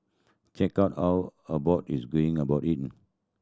check out how Abbott is going about it